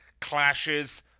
clashes